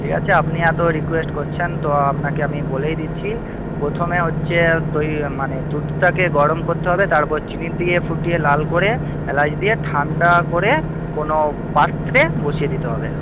ঠিক আছে আপনি এত রিকোয়েস্ট করছেন তো আপনাকে আমি বলেই দিচ্ছি প্রথমে হচ্ছে দই মানে দুধটাকে গরম করতে হবে তারপর চিনি দিয়ে ফুটিয়ে লাল করে এলাচ দিয়ে ঠান্ডা করে কোনও পাত্রে বসিয়ে দিতে হবে